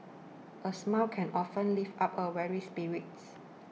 a smile can often lift up a weary spirit